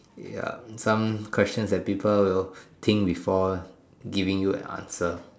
ya some questions that people will think before giving you an answer